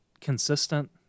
consistent